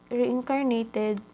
reincarnated